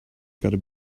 gotta